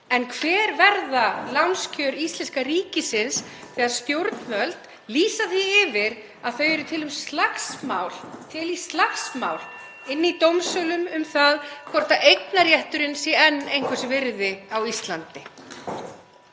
En hver verða lánskjör íslenska ríkisins þegar stjórnvöld lýsa því yfir að þau séu til í slagsmál inni í dómsölum um það hvort eignarrétturinn sé enn einhvers virði á Íslandi?